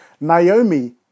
Naomi